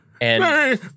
And-